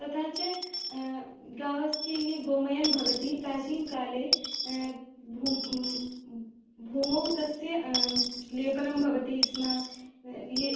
तथा च गावस्य ये गोमयं भवति प्राचीनकाले भूम् भूमौ तस्य लेपनं भवति स्म ये